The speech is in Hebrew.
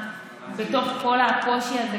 בתוך כל הקושי הזה,